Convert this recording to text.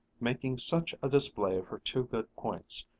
making such a display of her two good points,